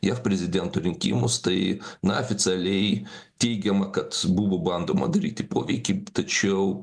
jav prezidento rinkimus tai na aficialiai teigiama kad buvo bandoma daryti poveikį tačiau